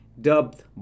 Dubbed